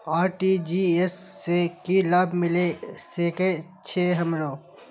RTGS से की लाभ मिल सके छे हमरो?